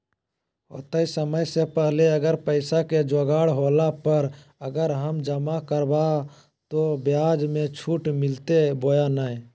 होतय समय से पहले अगर पैसा के जोगाड़ होला पर, अगर हम जमा करबय तो, ब्याज मे छुट मिलते बोया नय?